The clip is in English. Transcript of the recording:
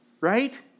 right